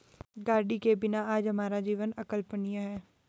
गाड़ी के बिना आज हमारा जीवन अकल्पनीय है